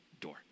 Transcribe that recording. door